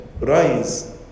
rise